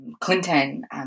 Clinton